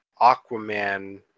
Aquaman